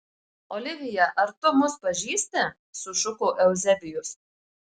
olivija ar tu mus pažįsti sušuko euzebijus